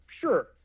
Sure